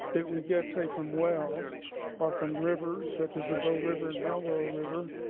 that we get, say, from wells or from rivers such as the bow river and elbow river,